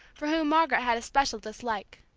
for whom margaret had a special dislike.